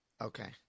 Okay